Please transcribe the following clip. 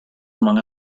among